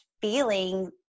feeling